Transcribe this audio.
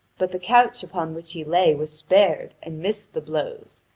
but the couch upon which he lay was spared and missed the blows,